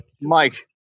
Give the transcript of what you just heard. Mike